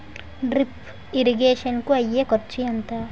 Drip irrigation కూ అయ్యే ఖర్చు ఎంత?